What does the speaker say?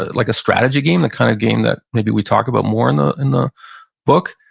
ah like a strategy game, the kind of game that maybe we talk about more in ah in the book,